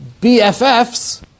BFFs